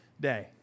day